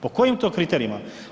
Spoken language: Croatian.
Po kojim to kriterijima?